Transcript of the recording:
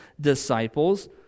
disciples